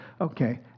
Okay